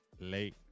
late